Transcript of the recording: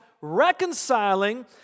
reconciling